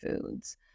foods